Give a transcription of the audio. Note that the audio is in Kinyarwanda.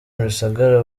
rusagara